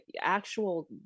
actual